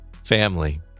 Family